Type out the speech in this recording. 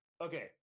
okay